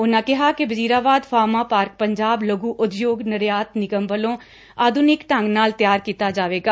ਉਨਾਂ ਕਿਹਾ ਕਿ ਵਜ਼ੀਰਾਬਾਦ ਫਾਰਮਾ ਪਾਰਕ ਪੰਜਾਬ ਲਘੁ ਉਦਯੋਗ ਨਿਰਯਾਤ ਨਿਗਮ ਵੱਲੋਂ ਆਧੁਨਿਕ ਢੰਗ ਨਾਲ ਤਿਆਰ ਕੀਤਾ ਜਾਵੇਗਾ